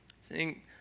sing